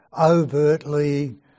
overtly